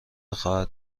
خواهد